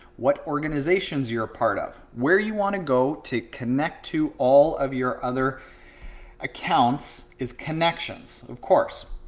what organizations you're part of. where you want to go to connect to all of your other accounts is connections, of course.